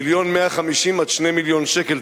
1.150 מיליון עד 2 מיליון שקל,